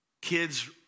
kids